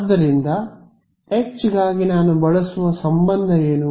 ಆದ್ದರಿಂದ H ಗಾಗಿ ನಾನು ಬಳಸುವ ಸಂಬಂಧ ಏನು